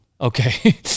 Okay